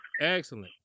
Excellent